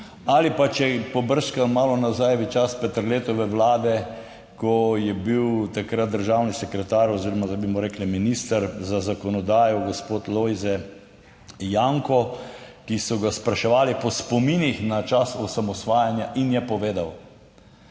Ali pa, če pobrskam malo nazaj v čas Peterletove vlade, ko je bil takrat državni sekretar oziroma zdaj bi mu rekli minister za zakonodajo gospod Lojze Janko, ki so ga spraševali po spominih na čas osamosvajanja in je povedal: